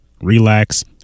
relax